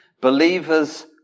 Believers